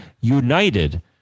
United